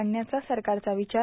आणण्याचा सरकारचा विचार